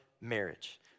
marriage